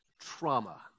trauma